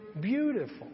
beautiful